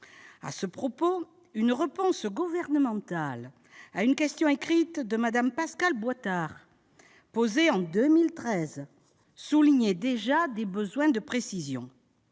À cet égard, une réponse gouvernementale à une question écrite de Mme Pascale Boistard, posée en 2013, soulignait déjà des besoins de précision.